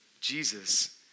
Jesus